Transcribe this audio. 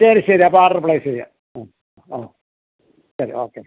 ശരി ശരി അപ്പം ഓർഡർ പ്ലേസ് ചെയ്യാം ആ ആ ശരി ഓക്കെ